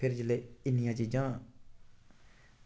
फिर जेल्लै इन्नियां चीज़ां